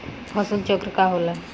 फसल चक्र का होला?